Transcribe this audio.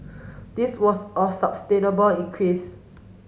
this was a increase